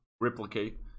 replicate